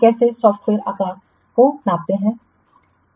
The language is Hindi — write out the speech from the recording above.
तो कैसे सॉफ्टवेयर आकार को मापने के लिए